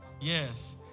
Yes